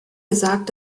gesagt